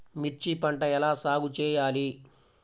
మిర్చి పంట ఎలా సాగు చేయాలి?